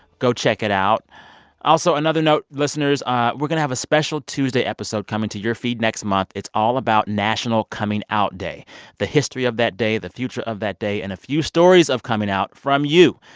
go check it out also, another note, listeners ah we're going to have a special tuesday episode coming to your feed next month. it's all about national coming out day the history of that day, the future of that day and a few stories of coming out from you.